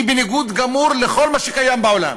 שהיא בניגוד גמור לכל מה שקיים בעולם,